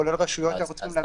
כולל רשויות שאנחנו צריכים.